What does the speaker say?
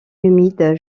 humide